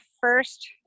first